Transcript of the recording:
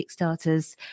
Kickstarters